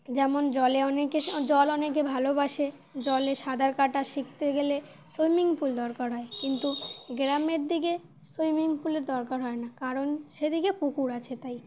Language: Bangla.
যেমন জলে অনেকে জল অনেকে ভালোবাসে জলে সাঁতার কাটা শিখতে গেলে সুইমিং পুল দরকার হয় কিন্তু গ্রামের দিকে সুইমিং পুলের দরকার হয় না কারণ সেদিকে পুকুর আছে তাই